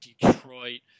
Detroit